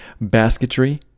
Basketry